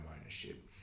ownership